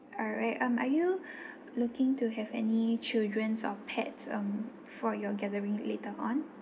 alright um are you looking to have any children's or pets um for your gathering later on